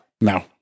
No